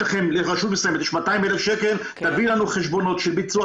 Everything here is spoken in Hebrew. לרשות מסוימת יש 200 אלף שקל שתביא לנו חשבונות של ביצוע